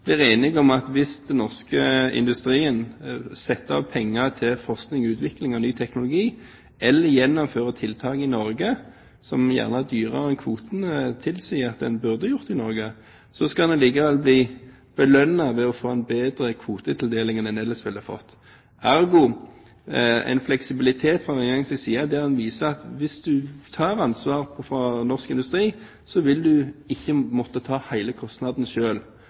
enige om at hvis den norske industrien setter av penger til forskning, utvikling og ny teknologi eller gjennomfører tiltak i Norge som gjerne er dyrere enn det kvoten tilsier at en burde gjøre i Norge, skal en likevel bli belønnet med å få en bedre kvotetildeling enn en ellers ville fått – ergo: en fleksibilitet fra Regjeringens side der en viser at hvis du tar ansvar for norsk industri, vil du ikke måtte ta hele kostnaden